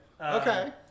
Okay